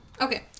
Okay